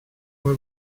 moi